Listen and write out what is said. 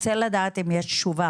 ארצה לדעת אם יש תשובה,